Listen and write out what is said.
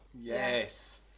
Yes